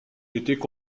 étaient